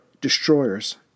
destroyers